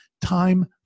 time